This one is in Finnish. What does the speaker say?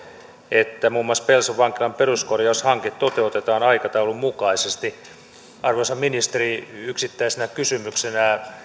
että muun muassa pelson vankilan peruskorjaushanke toteutetaan aikataulun mukaisesti arvoisa ministeri yksittäisenä kysymyksenä